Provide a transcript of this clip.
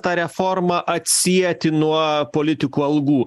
tą reformą atsieti nuo politikų algų